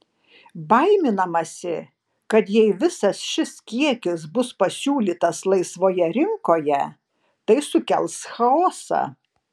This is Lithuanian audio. baiminamasi kad jei visas šis kiekis bus pasiūlytas laisvoje rinkoje tai sukels chaosą